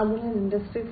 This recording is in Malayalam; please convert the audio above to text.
അതിനാൽ ഇൻഡസ്ട്രി 4